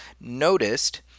noticed